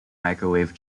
microwave